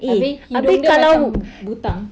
abeh hidung dia macam butang